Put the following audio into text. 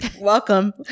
welcome